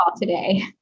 today